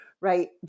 right